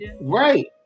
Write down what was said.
right